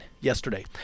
yesterday